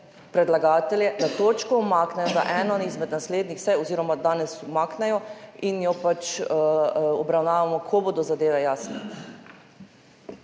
predlagatelje, da točko umakne na eno izmed naslednjih sej oziroma danes umaknejo in jo pač obravnavamo, ko bodo zadeve jasne.